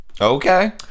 Okay